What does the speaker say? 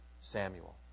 Samuel